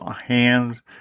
hands